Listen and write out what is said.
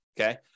Okay